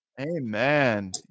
Amen